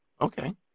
Okay